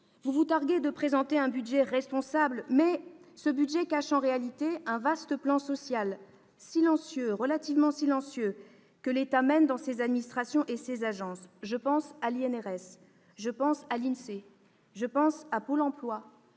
Vous vous targuez de présenter un budget responsable, mais ce budget cache en réalité un vaste plan social, relativement silencieux, que l'État mène dans ses administrations et ses agences. Je pense à l'INRS ; je pense à l'INSEE ; je pense à Pôle emploi